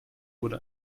wurde